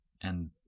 And-